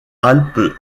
alpes